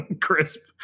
Crisp